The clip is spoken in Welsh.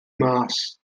mas